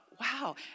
wow